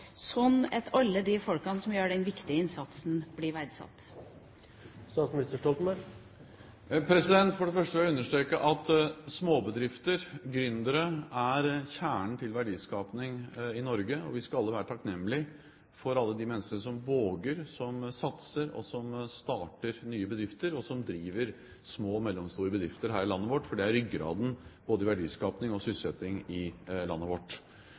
sånn at alle de folkene som gjør denne viktige innsatsen, blir verdsatt. For det første vil jeg understreke at småbedrifter og gründere er kjernen til verdiskaping i Norge, og vi skal alle være takknemlig for at vi har mennesker som våger, som satser og starter nye bedrifter, og som driver små og mellomstore bedrifter her i landet vårt, for det er ryggraden i både verdiskaping og sysselsetting i landet vårt.